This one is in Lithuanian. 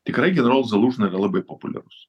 tikrai generol zalūžni yra labai populiarus